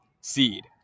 seed